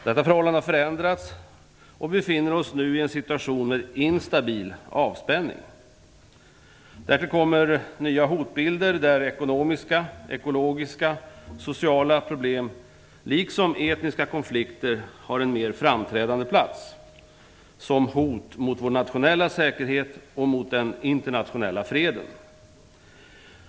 Detta förhållande har ändrats, och vi befinner oss nu i en situation med instabil avspänning. Därtill kommer nya hotbilder där ekonomiska, ekologiska och sociala problem liksom etniska konflikter har en mer framträdande plats, som hot mot vår nationella säkerhet och mot den internationella freden.